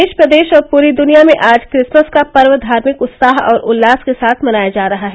देश प्रदेश और पूरी दुनिया में आज क्रिसमस का पर्व धार्मिक उत्साह और उल्लास के साथ मनाया जा रहा है